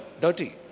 Dirty